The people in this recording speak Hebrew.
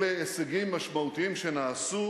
אלה הישגים משמעותיים שנעשו